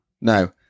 No